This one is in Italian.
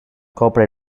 copre